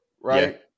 right